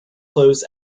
clothes